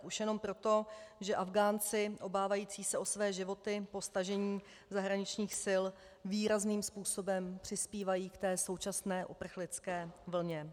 Už jenom proto, že Afghánci obávající se o své životy po stažení zahraničních sil výrazným způsobem přispívají k současné uprchlické vlně.